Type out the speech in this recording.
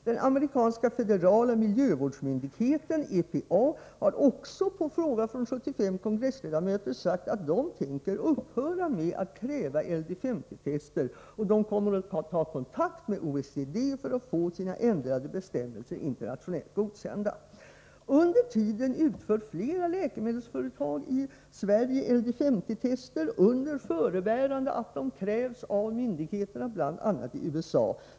Den amerikanska federala miljövårdsmyndigheten, EPA, har också på fråga från 75 kongressledamöter sagt att den tänker upphöra med att kräva LD 50-tester och att den kommer att ta kontakt med OECD för att få sina ändrade bestämmelser internationellt godkända. Under tiden utför flera läkemedelsföretag i Sverige LD 50-tester, under förebärande av att sådana krävs av myndigheterna, bl.a. i USA.